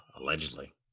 Allegedly